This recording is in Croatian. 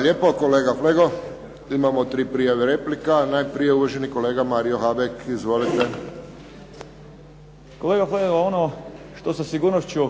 lijepo, kolega Flego. Imamo tri prijave replika. Najprije uvaženi kolega Mario Habek. Izvolite. **Habek, Mario (SDP)** Kolega Flego, ono što sa sigurnošću